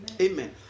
amen